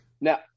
Now